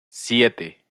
siete